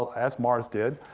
as mars did,